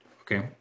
okay